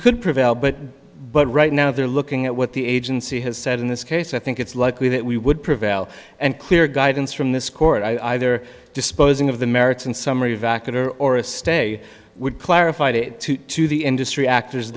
could prevail but but right now they're looking at what the agency has said in this case i think it's likely that we would prevail and clear guidance from this court either disposing of the merits and summary vaca or a stay would clarified it to the industry actors